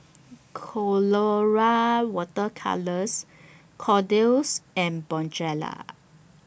Colora Water Colours Kordel's and Bonjela